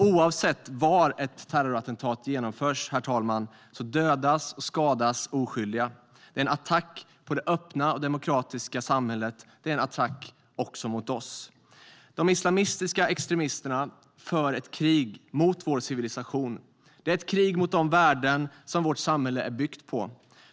Oavsett var ett terrorattentat genomförs, herr talman, dödas och skadas oskyldiga. En attack på det öppna och demokratiska samhället är en attack också mot oss. De islamistiska extremisterna för ett krig mot vår civilisation. Det är ett krig mot de värden som vårt samhälle är byggt på.